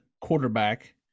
quarterback